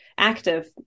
Active